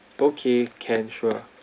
okay can sure